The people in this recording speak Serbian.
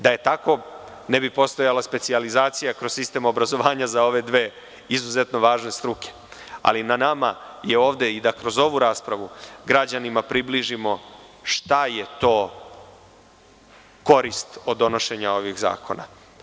Da je tako ne bi postojala specijalizacija kroz sistem obrazovanja za ove dve izuzetno važne struke, ali na nama je ovde i da kroz ovu raspravu građanima približimo šta je to korist od donošenja ovih zakona.